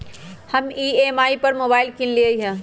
हम ई.एम.आई पर मोबाइल किनलियइ ह